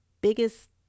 biggest